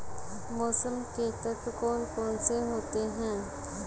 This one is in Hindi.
मौसम के तत्व कौन कौन से होते हैं?